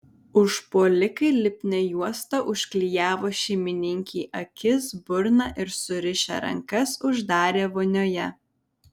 užpuolikai lipnia juosta užklijavo šeimininkei akis burną ir surišę rankas uždarė vonioje